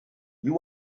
you